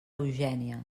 eugènia